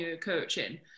coaching